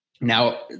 Now